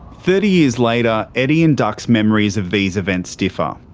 thirty years later, eddie's and duck's memories of these events differ.